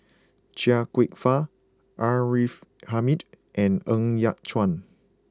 Chia Kwek Fah R A Hamid and Ng Yat Chuan